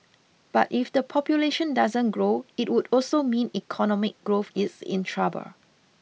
but if the population doesn't grow it would also mean economic growth is in trouble